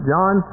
John